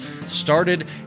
started